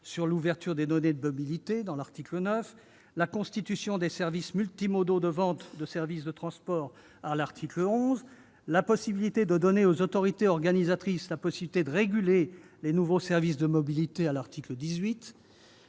sur l'ouverture des données de mobilité à l'article 9, la création d'un service multimodal de vente de services de transport à l'article 11, la possibilité pour les autorités organisatrices de réguler les nouveaux services de mobilité à l'article 18,